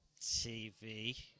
TV